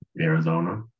Arizona